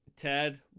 Ted